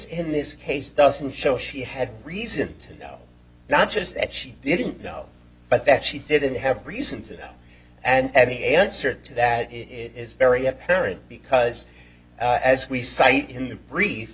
in this case doesn't show she had reason to know not just that she didn't know but that she didn't have a reason to and the answer to that is very apparent because as we cite in the brief